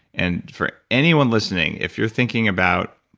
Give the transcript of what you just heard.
and for anyone listening, if you're thinking about